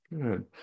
Good